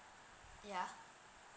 ya